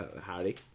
Howdy